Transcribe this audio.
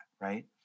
Right